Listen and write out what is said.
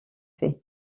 fait